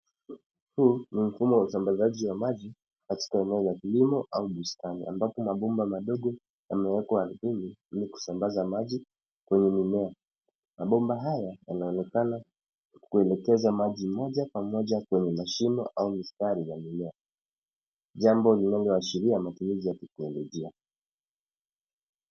Huu ni mfumo wa usambazaji wa maji katika eneo la kilimo au bustani ambapo mabomba madogo yamewekwa ardhini ili kusambaza maji kwenye mimea. Mabomba haya yanaonekana kuelekeza maji moja kwa moja kwenye mashimo au mistari ya mimea, jambo linaloashiria matumizi ya kiteknolojia.